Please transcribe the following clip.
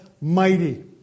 mighty